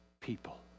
people